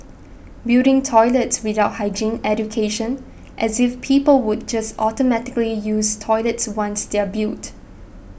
building toilets without hygiene education as if people would just automatically use toilets once they're built